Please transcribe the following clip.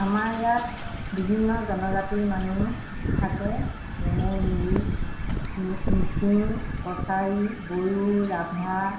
আমাৰ ইয়াত বিভিন্ন জনজাতিৰ মানুহ থাকে যেনে মিৰি মিচিং কছাৰী বড়ো ৰাভা